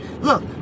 Look